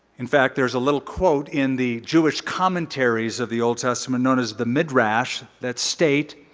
in fact, there is a little quote in the jewish commentaries of the old testament known as the midrash that state,